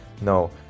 No